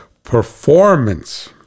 performance